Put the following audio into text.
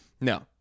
No